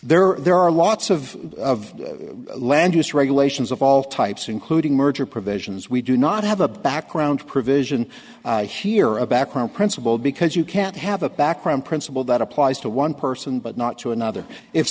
apply there are lots of of land use regulations of all types including merger provisions we do not have a background provision here a background principle because you can't have a background principle that applies to one person but not to another if